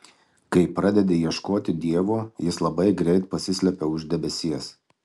kai pradedi ieškoti dievo jis labai greit pasislepia už debesies